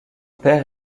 père